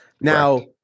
Now